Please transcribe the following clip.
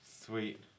Sweet